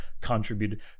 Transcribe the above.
contributed